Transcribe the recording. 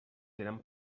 eren